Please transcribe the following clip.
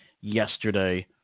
yesterday